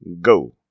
go